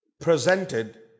presented